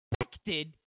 expected